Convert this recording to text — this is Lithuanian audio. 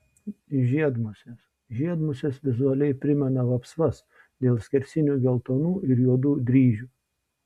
žiedmusės žiedmusės vizualiai primena vapsvas dėl skersinių geltonų ir juodų dryžių